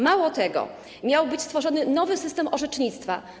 Mało tego, miał być stworzony nowy system orzecznictwa.